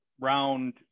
round